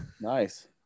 nice